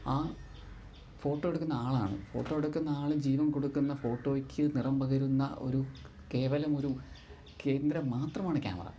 ആ ഫോട്ടോ എടുക്കുന്ന ആളാണ് ഫോട്ടോ എടുക്കുന്ന ആൾ ജീവന് കൊടുക്കുന്ന ഫോട്ടോയ്ക്ക് നിറം പകരുന്ന ഒരു കേവലമൊരു കേന്ദ്രം മാത്രമാണ് ക്യാമറ